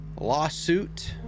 lawsuit